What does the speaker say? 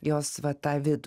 jos va tą vidų